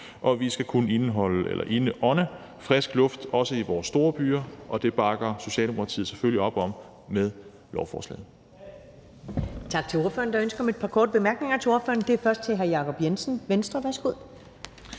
også kunne indånde frisk luft i vores store byer, og Socialdemokratiet bakker selvfølgelig op om lovforslaget.